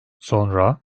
sonra